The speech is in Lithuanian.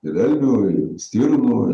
ir elnių ir stirnų